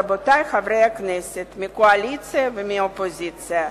רבותי חברי הכנסת מהקואליציה ומהאופוזיציה,